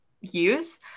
use